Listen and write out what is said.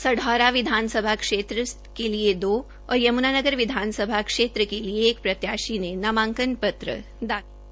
सढौरा क्षेत्र के लिए दो और यमुनानगर विधानसभा क्षेत्र के लिए एक प्रत्याशी ने नामांकन पत्र दाखिल किया